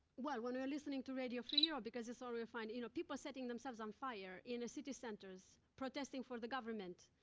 well, when we were listening to radio free europe because it's all we were finding you know, people setting themselves on fire in the city centers, protesting for the government.